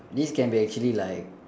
this can be actually like